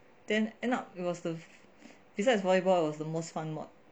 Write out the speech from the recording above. then end up it was the besides volleyball it was the most fun mod